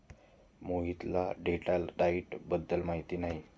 मोहितला date diet बद्दल माहिती नाही